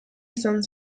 izan